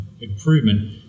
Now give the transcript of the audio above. improvement